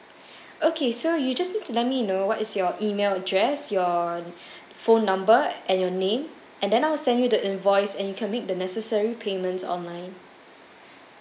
okay so you just need to let me know what is your email address your phone number and your name and then I'll send you the invoice and you can make the necessary payments online